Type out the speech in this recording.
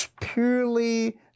purely